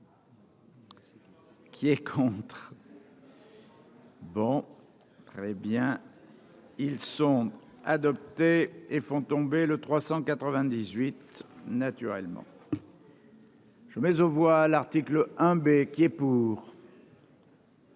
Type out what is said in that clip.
Qui est contre, bon très bien, ils sont adoptés. Et font tomber le 398 naturellement. Je mais aux voix, l'article 1 B qui est pour.